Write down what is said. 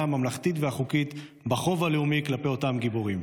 הממלכתית והחוקית בחוב הלאומי כלפי אותם גיבורים.